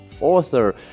author